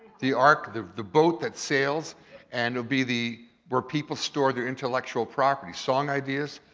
the ark, the the boat that sails and would be the. where people store their intellectual property, song ideas,